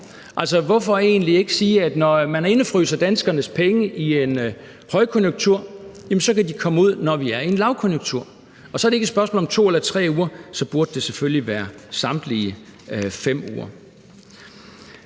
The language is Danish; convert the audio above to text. uger? Hvorfor egentlig ikke sige, at når man indefryser danskernes penge i en højkonjunktur, kan de komme ud, når vi er i en lavkonjunktur, og så er det ikke et spørgsmål om 2 eller 3 uger, for så burde det selvfølgelig være samtlige 5 uger.